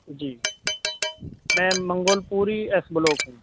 جی میں Mangolpuri S block میں